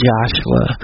Joshua